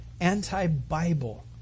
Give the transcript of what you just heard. anti-Bible